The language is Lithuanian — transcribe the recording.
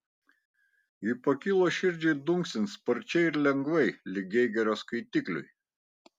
ji pakilo širdžiai dunksint sparčiai ir lengvai lyg geigerio skaitikliui